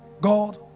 God